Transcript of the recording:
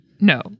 No